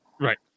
right